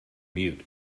mute